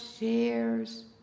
shares